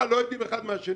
מה, לא יודעים אחד מהשני?